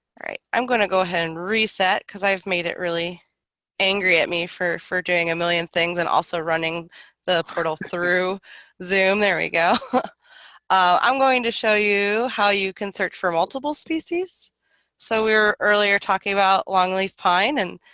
alright, i'm gonna go ahead and reset cuz i've made it really angry at me for for doing a million things and also running the portal through zoom. there we go i'm going to show you how you can search for multiple species so we're earlier talking about longleaf pine and